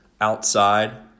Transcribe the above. outside